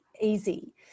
easy